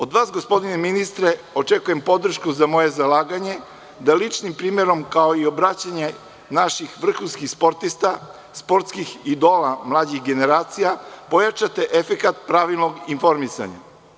Od vas gospodine ministre, očekujem podršku za moje zalaganje, da lični primerom kao i obraćanje naših vrhunskih sportista, sportskih idola mlađih generacija, pojačate efekat pravilnog informisanja.